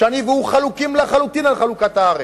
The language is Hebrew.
שאני והוא חלוקים לחלוטין על חלוקת הארץ,